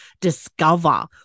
discover